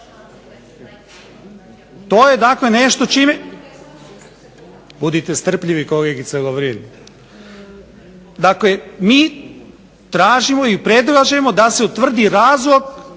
dakle nešto čime. Budite strpljivi kolegice Lovrin. Dakle mi tražimo i predlažemo da se utvrdi razlog